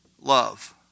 love